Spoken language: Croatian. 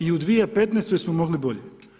I u 2015. smo mogli bolje.